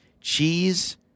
cheese